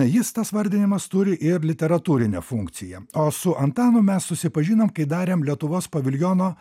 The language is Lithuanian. jis tas vardinimas turi ir literatūrinę funkciją o su antanu mes susipažinom kai darėm lietuvos paviljono